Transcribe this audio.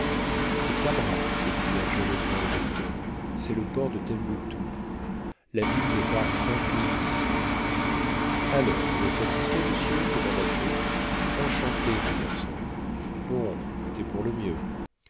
c'est kabra s'écria joyeusement le docteur c'est le port de tembouctou la ville n'est pas à cinq milles d'ici alors vous êtes satisfait monsieur demanda joe enchanté mon garçon bon tout est pour le mieux